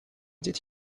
did